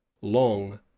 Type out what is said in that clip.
Long